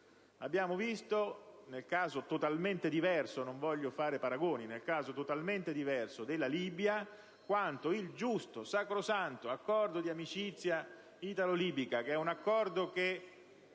abbiamo visto, nel caso totalmente diverso della Libia, cosa è derivato dal giusto e sacrosanto Accordo di amicizia italo-libica, che è un Accordo tra